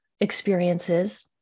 experiences